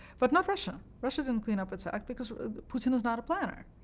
but not russia. russia didn't clean up its act because putin is not a planner,